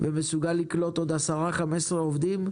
ומסוגל לקלוט עוד 15-10 עובדים,